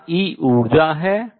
जहाँ E ऊर्जा है